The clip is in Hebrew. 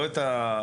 לא את המהות,